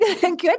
Good